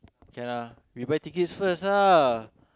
can ah we buy tickets first lah